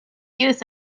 youth